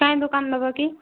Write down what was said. କାଏଁ ଦୋକାନ ଦେବ କି